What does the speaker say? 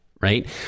right